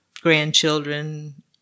grandchildren